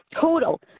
total